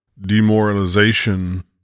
demoralization